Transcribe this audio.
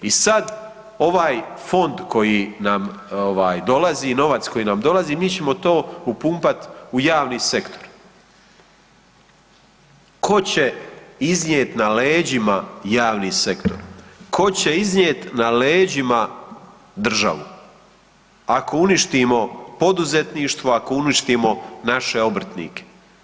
I sad ovaj fond koji nam dolazi, novac koji nam dolazi mi ćemo to upumpat u javni sektor, tko će iznijet na leđima javni sektor, tko će iznijet na leđima državu ako uništimo poduzetništvo, ako uništimo naše obrtnike?